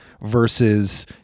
versus